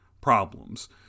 problems